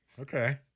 okay